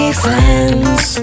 friends